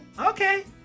okay